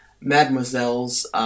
Mademoiselle's